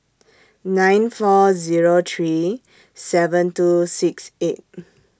nine four Zero three seven two six eight